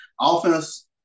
offense